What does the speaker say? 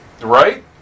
Right